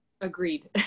Agreed